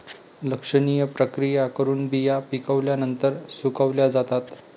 लक्षणीय प्रक्रिया करून बिया पिकल्यानंतर सुकवल्या जातात